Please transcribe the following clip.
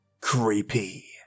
creepy